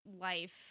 life